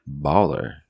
baller